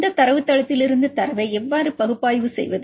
இந்த தரவுத்தளத்திலிருந்து தரவை எவ்வாறு பகுப்பாய்வு செய்வது